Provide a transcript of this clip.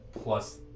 plus